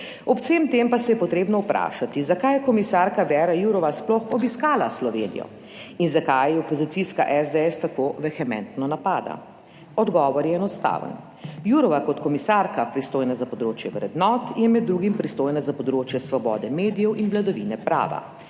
Ob vsem tem pa se je potrebno vprašati, zakaj je komisarka Vera Jourová sploh obiskala Slovenijo in zakaj je opozicijska SDS tako vehementno napada. Odgovor je enostaven. Jourová, kot komisarka pristojna za področje vrednot, je med drugim pristojna za področje svobode medijev in vladavine prava,